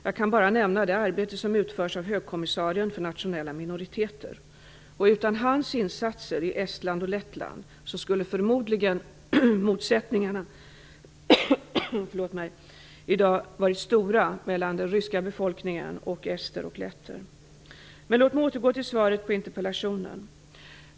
Jag kan bara nämna det arbete som utförs av högkommissarien för nationella minoriteter. Utan hans insatser i Estland och Lettland skulle förmodligen motsättningarna i dag varit stora mellan den ryska befolkningen och ester och letter. Låt mig återgå till svaret på interpellationen.